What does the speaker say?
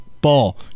ball